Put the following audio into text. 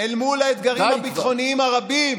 אל מול האתגרים הביטחוניים הרבים